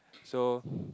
so